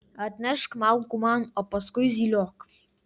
atnešk malkų man o paskui zyliok